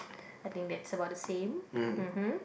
I think that's about the same um hm